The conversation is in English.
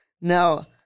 Now